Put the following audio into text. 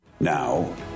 Now